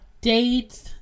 dates